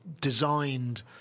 designed